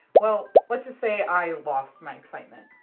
well let's just say i lost my excitement.